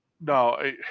No